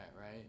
right